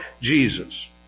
Jesus